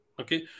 Okay